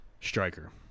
Striker